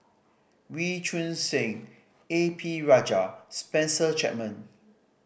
Wee Choon Seng A P Rajah Spencer Chapman